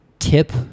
Tip